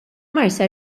marsa